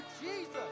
jesus